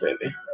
baby